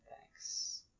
thanks